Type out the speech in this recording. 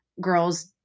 girls